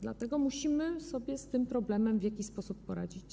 Dlatego musimy sobie z tym problemem w jakiś sposób poradzić.